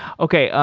okay,